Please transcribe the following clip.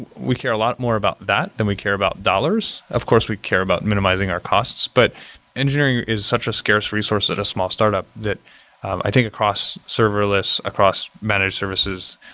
we care a lot more about that than we care about dollars. of course, we care about minimizing our costs, but engineering is such a scarce resource at a small startup that i think across serverless, across managed services,